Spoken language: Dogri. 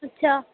अच्छा